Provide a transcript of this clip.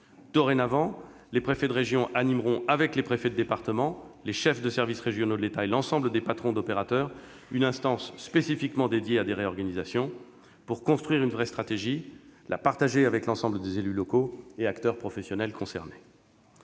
Dorénavant, les préfets de région animeront, avec les préfets de département, les chefs des services régionaux de l'État et l'ensemble des patrons d'opérateurs, une instance spécifiquement dédiée à des réorganisations, pour construire une vraie stratégie et la partager avec l'ensemble des élus locaux et acteurs professionnels concernés.